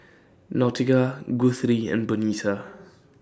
Nautica Guthrie and Bernita